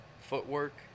footwork